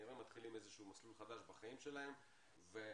שכנראה מתחילים איזשהו מסלול חדש בחיים שלהם וחובות